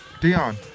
Dion